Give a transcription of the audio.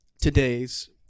today's